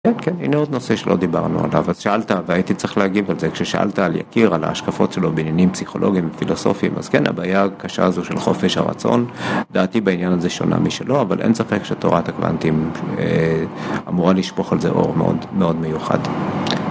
כן, הנה עוד נושא שלא דיברנו עליו, אז שאלת, והייתי צריך להגיב על זה, כששאלת על יקיר, על ההשקפות שלו בעניינים פסיכולוגיים ופילוסופיים, אז כן, הבעיה הקשה הזו של חופש הרצון, דעתי בעניין הזה שונה משלו, אבל אין ספק שתורת הקוונטים אמורה לשפוך על זה אור מאוד מיוחד.